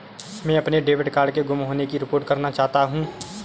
मैं अपने debit card के गुम होने की रिपोर्ट करना चाहता हूँ